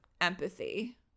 empathy